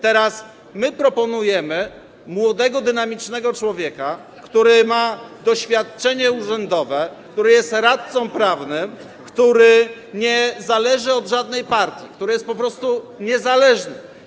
Teraz proponujemy młodego, dynamicznego człowieka, który ma doświadczenie urzędowe, który jest radcą prawnym, który nie zależy od żadnej partii, który jest po prostu niezależny.